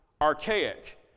archaic